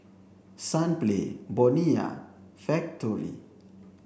Sunplay Bonia Factorie